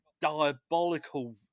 diabolical